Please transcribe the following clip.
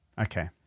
Okay